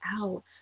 out